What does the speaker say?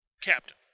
captain